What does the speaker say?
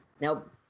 Nope